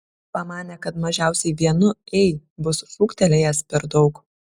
pamanė kad mažiausiai vienu ei bus šūktelėjęs per daug